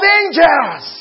angels